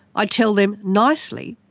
ah tell them, nicely,